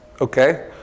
okay